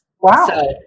Wow